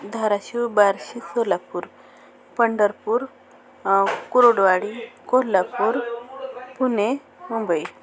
Dharashiv Barshi Solapur Pandharpur Korodwadi Kolhapur Pune Mumbai